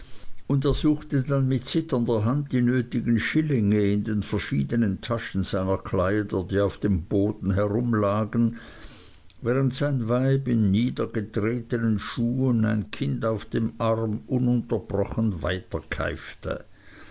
und er suchte dann mit zitternder hand die nötigen schillinge in den verschiedenen taschen seiner kleider die auf dem boden herumlagen während sein weib in niedergetretenen schuhen ein kind auf dem arm ununterbrochen weiterkeifte